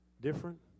different